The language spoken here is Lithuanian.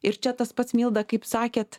ir čia tas pats milda kaip sakėt